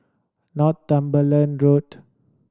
Northumberland Road